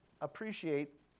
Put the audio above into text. appreciate